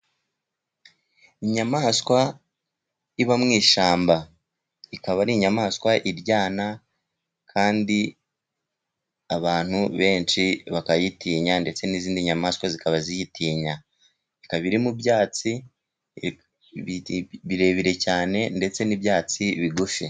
Inyamaswa iba mu ishyamba, ikaba ari inyamaswa iryana kandi abantu benshi bakayitinya ndetse n'izindi nyamaswa zikaba ziyitinya, ikaba mu byatsi birebire cyane ndetse n'ibyatsi bigufi.